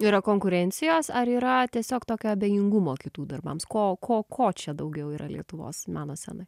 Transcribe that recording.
yra konkurencijos ar yra tiesiog tokio abejingumo kitų darbams ko ko ko čia daugiau yra lietuvos meno scenoj